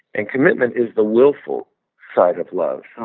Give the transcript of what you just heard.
and commitment is the willful side of love.